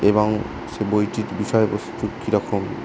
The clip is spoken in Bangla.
এবং সে বইটির বিষয়বস্তু কীরকম